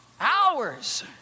hours